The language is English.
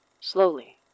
slowly